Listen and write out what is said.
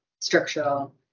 structural